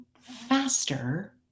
faster